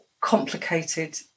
complicated